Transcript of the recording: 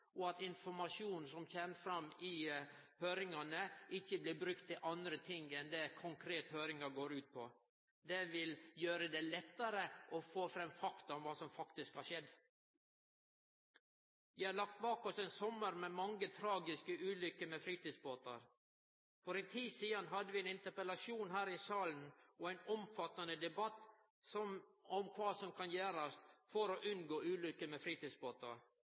og at informasjonen som kjem fram i høyringane, ikkje blir brukt til andre ting enn det høyringa konkret går ut på. Det vil gjere det lettare å få fram fakta om kva som har skjedd. Vi har lagt bak oss ein sommar med mange tragiske ulykker med fritidsbåtar. For ei tid sidan hadde vi ein interpellasjon og ein omfattande debatt her i salen om kva som kan gjerast for å unngå ulykker med fritidsbåtar.